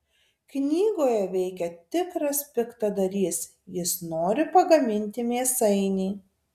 knygoje veikia tikras piktadarys jis nori pagaminti mėsainį